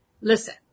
Listen